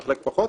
בחלק פחות,